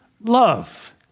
love